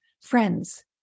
Friends